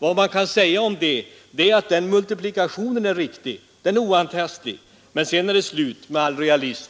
Vad man kan säga om det är, att multiplikationen är riktig. Den är oantastlig, men sedan är det slut med all realism.